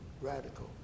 radical